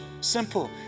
Simple